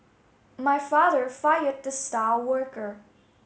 my father fired the star worker